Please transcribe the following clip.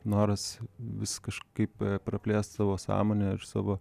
noras vis kažkaip praplėst savo sąmonę ir savo